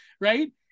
right